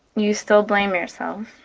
you still blame yourself.